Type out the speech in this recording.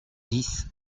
dix